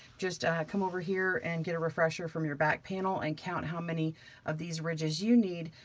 just come over here and get a refresher from your back panel, and count how many of these ridges you need.